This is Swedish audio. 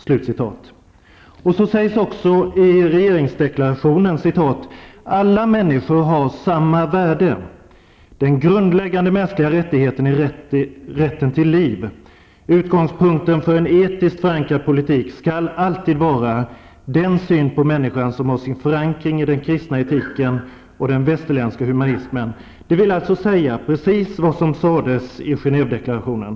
Så sägs också i regeringsdeklarationen: ''Alla människor har samma värde. Den grundläggande mänskliga rättigheten är rätten till liv.'' ''Utgångspunkten --- för en etiskt förankrad politik --- skall alltid vara den syn på människan som har sin förankring i den kristna etiken och den västerländska humanismen'', det vill alltså säga precis detsamma som sades i Genèvedeklarationen.